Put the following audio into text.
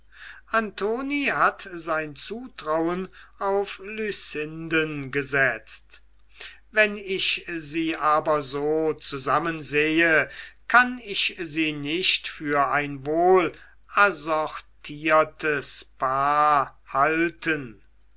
antoni hat sein zutrauen auf lucinden gesetzt wenn ich sie aber so zusammen sehe kann ich sie nicht für ein wohl assortiertes paar halten